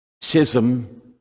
schism